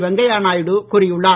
வெங்கையா நாயுடு கூறியுள்ளார்